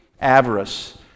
avarice